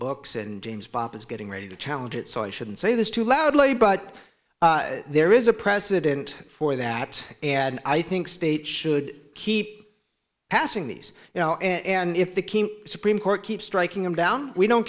books and james bopp is getting ready to challenge it so i shouldn't say this too loudly but there is a precedent for that and i think states should keep passing these now and if the supreme court keeps striking them down we don't